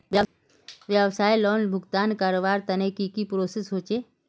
व्यवसाय लोन भुगतान करवार तने की की प्रोसेस होचे?